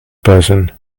person